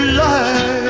life